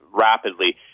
rapidly